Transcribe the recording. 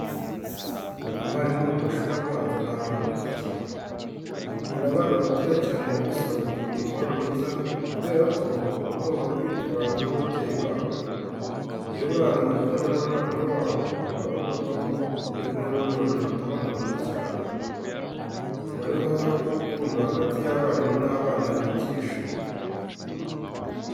Abarimu bo mu mashuri abanza ni abantu beza cyane. Kurera abana batoya cyane rero bisaba kugira umutima mwiza kubera ko uba ugomba kwitwara nk'ababyeyi babo. Iyo abana bari kumwe na mwarimu wabo baba bumva ko bari kumwe n'umuntu ubakunda cyane, akaba ariho hava urukundo hagati y'abarimu n'abana bigisha.